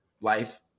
Life